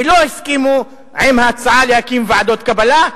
שלא הסכימו להצעה להקים ועדות קבלה,